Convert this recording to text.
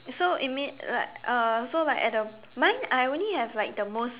so you mean like uh so like at the mine I only have like the most